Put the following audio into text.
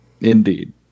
Indeed